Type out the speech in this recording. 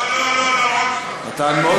לא לא לא, עוד לא.